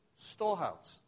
storehouse